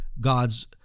God's